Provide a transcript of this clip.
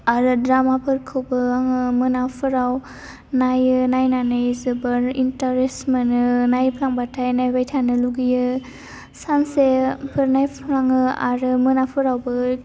आरो द्रामाफोरखौबो आङो मोनाफोराव नायो नायनानै जोबोर इन्टारेस्ट मोनो नायफ्लांबाथाय नायबाय थानो लुगैयो सानसेफोर नायफ्लाङो आरो मोनाफोरावबो